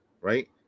right